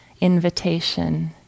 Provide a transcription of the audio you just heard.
invitation